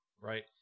right